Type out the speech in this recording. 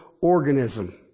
organism